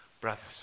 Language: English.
brothers